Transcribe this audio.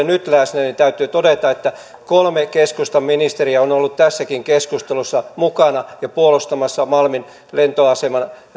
nyt läsnä niin täytyy todeta että kolme keskustan ministeriä on ollut tässäkin keskustelussa mukana ja puolustamassa malmin lentoaseman